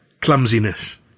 Clumsiness